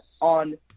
on